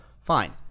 Fine